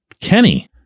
Kenny